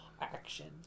Action